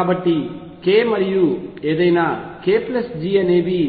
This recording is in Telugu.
కాబట్టి k మరియు ఏదైనా k G అనేవి